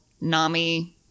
NAMI